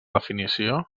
definició